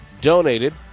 donated